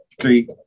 three